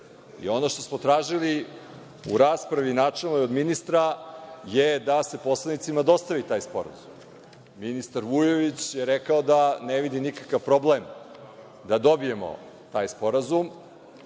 što smo tražili u raspravi načelnoj od ministra je da se poslanicima dostavi taj sporazum. Ministar Vujović je rekao da ne vidi nikakav problem da dobijemo taj sporazum.